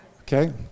Okay